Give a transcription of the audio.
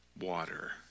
water